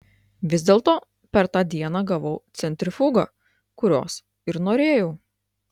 vis dėlto per tą dieną gavau centrifugą kurios ir norėjau